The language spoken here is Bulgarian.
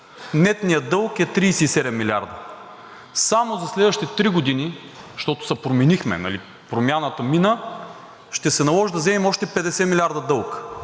Нетният дълг е 37 милиарда. Само за следващите три години, защото се променихме, нали – промяната мина – ще се наложи да вземем още 50 милиарда дълг.